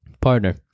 Partner